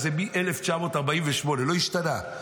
זה מ-1948 לא השתנה.